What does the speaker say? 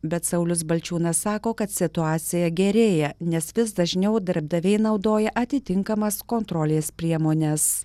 bet saulius balčiūnas sako kad situacija gerėja nes vis dažniau darbdaviai naudoja atitinkamas kontrolės priemones